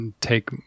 Take